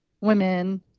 women